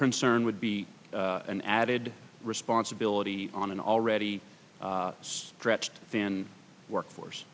concern would be an added responsibility on an already stretched thin workforce